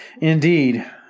Indeed